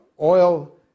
oil